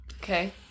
Okay